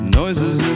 noises